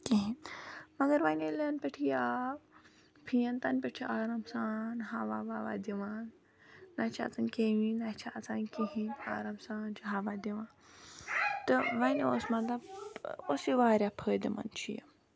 کِہیٖنۍ مگر وۄنۍ ییٚلہِ یَنہٕ پٮ۪ٹھ یہِ آو فِیَن تَنہٕ پٮ۪ٹھ چھِ آرام سان ہوا وَوا دِوان نہ چھِ اَژان کیمی نہ چھِ اَژان کِہیٖنۍ آرام سان چھِ ہوا دِوان تہٕ وۄنۍ اوس مطلب اوس یہِ واریاہ فٲیدٕ مند چھُ یہِ